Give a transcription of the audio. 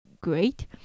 great